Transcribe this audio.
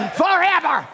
forever